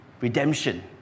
redemption